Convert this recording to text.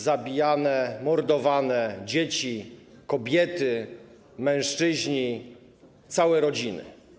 Zabijane, mordowane dzieci, kobiety, mężczyźni, całe rodziny.